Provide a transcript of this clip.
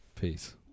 Peace